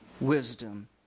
wisdom